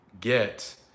get